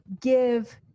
give